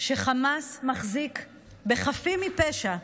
שחמאס מחזיק בחפים מפשע,